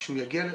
שהוא יגיע לזה?